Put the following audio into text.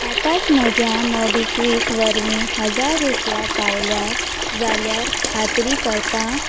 आतांच म्हज्या मोबिक्विक वरवीं हजार रुपया पावल्यार जाल्यार खात्री करता